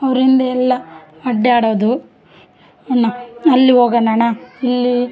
ಅವ್ರಿಂದೆ ಎಲ್ಲಾ ಅಡ್ಡಾಡೋದು ಅಣ್ಣ ಅಲ್ಲಿ ಹೋಗಾನ ಅಣ್ಣ ಇಲ್ಲೀ